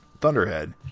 Thunderhead